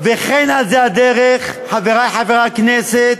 וכן, זו הדרך, חברי חברי הכנסת,